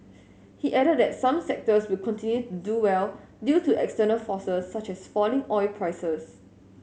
he added that some sectors will continue to do well due to external forces such as falling oil prices